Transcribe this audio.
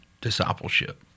discipleship